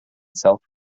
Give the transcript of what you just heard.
self